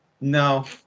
no